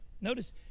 Notice